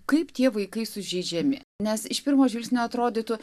kaip tie vaikai sužeidžiami nes iš pirmo žvilgsnio atrodytų